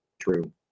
true